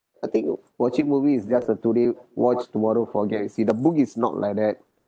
I think watching movie is just a today watch tomorrow forget you see the book is not like that